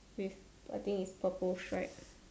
with I think it's purple stripe